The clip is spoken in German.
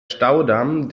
staudamm